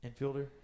Infielder